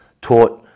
taught